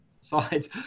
sides